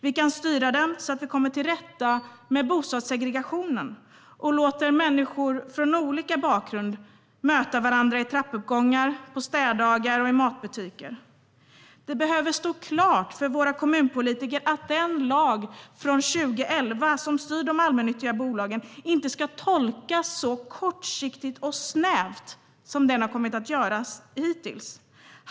Vi kan styra den så att vi kommer till rätta med bostadssegregationen och låter människor från olika bakgrund möta varandra i trappuppgångar, på städdagar och i matbutiker. Det behöver stå klart för våra kommunpolitiker att den lag från 2011 som styr de allmännyttiga bolagen inte ska tolkas så kortsiktigt och snävt som den har kommit att göra hittills.